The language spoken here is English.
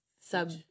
sub